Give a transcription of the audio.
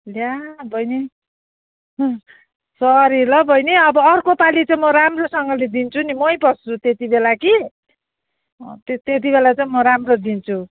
ला बहिनी उम् सरी ल बहिनी अब अर्को पालि चाहिँ म राम्रोसँगले दिन्छु नि मै पस्छु त्यति बेला कि त्यति बेला चाहिँ म राम्रो दिन्छु